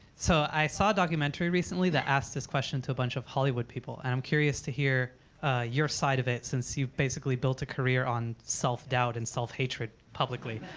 so, i saw a documentary, recently, that asked this question to a bunch of hollywood people, and i'm curious to hear your side of it, since you've basically built a career on self-doubt and self-hatred publicly.